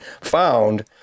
found